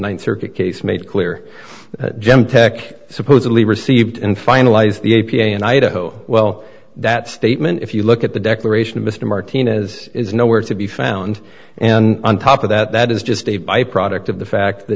one circuit case made clear jim tech supposedly received in finalized the a p a and idaho well that statement if you look at the declaration of mr martinez is nowhere to be found and on top of that that is just a byproduct of the fact th